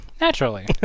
Naturally